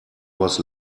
was